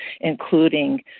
including